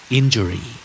injury